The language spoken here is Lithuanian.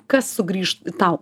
kas sugrįš tau